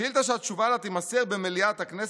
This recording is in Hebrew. שאילתה שהתשובה לה תימסר במליאת הכנסת,